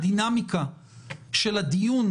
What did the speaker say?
אבל באמת במודל הזה מדינות כמעט תמיד זה נדיר,